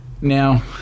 Now